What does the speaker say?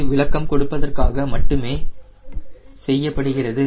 இது விளக்கம் கொடுப்பதற்காக மட்டுமே செய்யப்படுகிறது